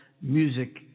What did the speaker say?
Music